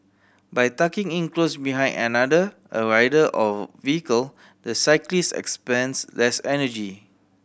by tucking in close behind another a rider or vehicle the cyclist expends less energy